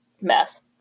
mess